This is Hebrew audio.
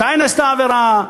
מתי נעשתה העבירה,